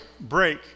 break